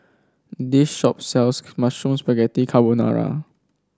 this shop sells Mushroom Spaghetti Carbonara